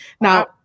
Now